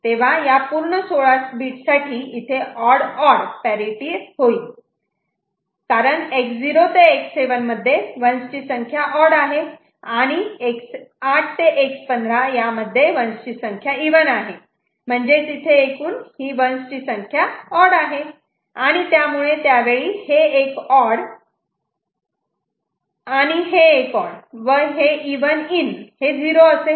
तेव्हा या पूर्ण 16 साठी इथे ऑड ऑडपॅरिटि होईल कारण X0 ते X7 मध्ये 1's ची संख्या ऑड आहे आणि X8 ते X15 यामध्ये 1's ची संख्या इव्हन आहे म्हणजेच इथे हे एकूण 1's ची संख्या ऑड आहे आणि त्यामुळे त्यावेळी हे 1 ऑड 1 आणि हे ऑड 1 व इव्हन इन 0 असेल